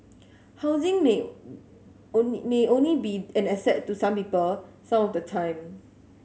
housing may only only be an asset to some people some of the time